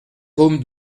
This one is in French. côme